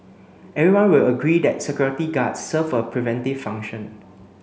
everyone will agree that security guards serve a preventive function